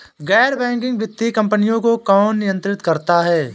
गैर बैंकिंग वित्तीय कंपनियों को कौन नियंत्रित करता है?